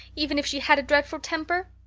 even if she had a dreadful temper?